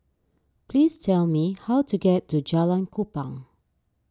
please tell me how to get to Jalan Kupang